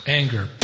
anger